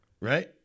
Right